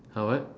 !huh! what